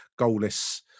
goalless